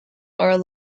are